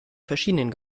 verschiedenen